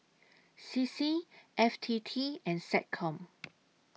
C C F T T and Seccom